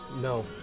no